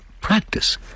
practice